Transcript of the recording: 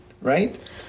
right